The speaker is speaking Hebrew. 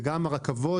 וגם הרכבות,